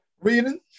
Reading